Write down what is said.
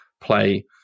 play